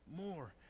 more